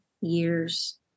years